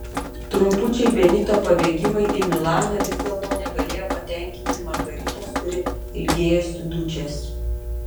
trumpučiai benito pabėgimai į milaną vis dėlto negalėjo patenkinti margaritos kuri ilgėjosi dučės